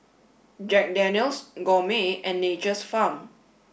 Jack Daniel's Gourmet and Nature's Farm